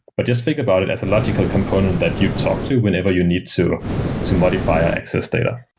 but just think about it as a logical component that you'd talk to whenever you need to to modify or access data.